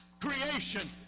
creation